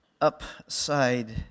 upside